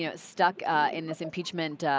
you know stuck in this impeachment